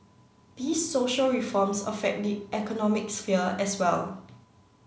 these social reforms affect the economic sphere as well